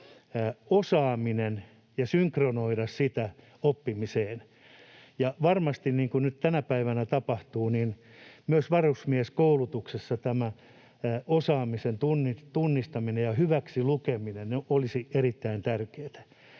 osaaminen ja synkronoida sitä oppimiseen. Ja varmasti niin kuin nyt tänä päivänä tapahtuu, myös varusmieskoulutuksessa tämä osaamisen tunnistaminen ja hyväksilukeminen olisi erittäin tärkeätä.